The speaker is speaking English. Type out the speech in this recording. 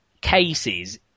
cases